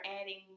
adding